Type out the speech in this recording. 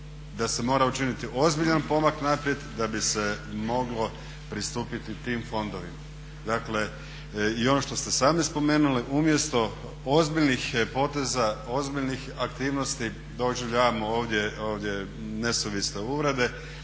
da se mora učiniti ozbiljan pomak naprijed da bi se moglo pristupiti tim fondovima. Dakle, i ono što ste sami spomenuli, umjesto ozbiljnih poteza, ozbiljnih aktivnosti doživljavamo ovdje nesuvisle uvrede.